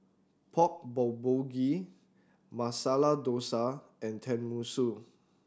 Pork Bulgogi Masala Dosa and Tenmusu